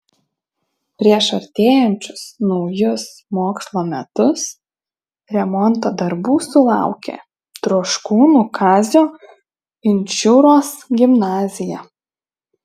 prieš artėjančius naujus mokslo metus remonto darbų sulaukė troškūnų kazio inčiūros gimnazija